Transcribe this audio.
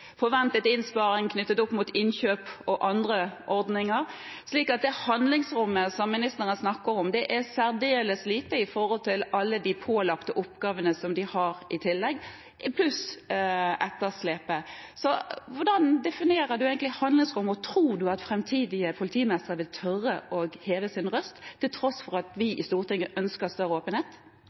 forventet innsparing, innkjøp og andre ordninger, slik at det handlingsrommet som ministeren har snakket om, er særdeles lite i forhold til alle de pålagte oppgavene som de har i tillegg, pluss etterslepet. Hvordan definerer statsråden egentlig handlingsrommet? Tror han at framtidige politimestere vil tørre å heve sin røst til tross for at vi i Stortinget ønsker større åpenhet?